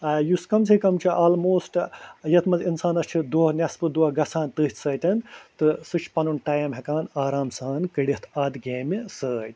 یُس کم سے کم چھِ آلموسٹ یَتھ منٛز اِنسانَس چھِ دۄہ نٮ۪صفہٕ دۄہ گژھان تٔتھۍ سۭتۍ تہٕ سُہ چھِ پَنُن ٹایِم ہٮ۪کان آرام سان کٔڑِتھ اَتھ گیمہِ سۭتۍ